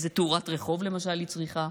איזו תאורת רחוב למשל היא צריכה.